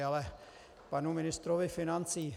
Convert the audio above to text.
K panu ministrovi financí.